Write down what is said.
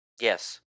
Yes